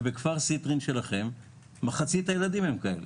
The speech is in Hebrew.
בכפר סיטרין שלכם מחצית הילדים הם כאלה.